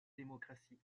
démocratie